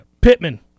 Pittman